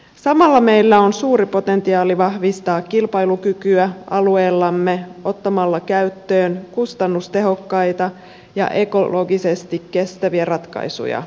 samalla meillä on suuri potentiaali vahvistaa kilpailukykyä alueellamme ottamalla käyttöön kustannustehokkaita ja ekologisesti kestäviä ratkaisuja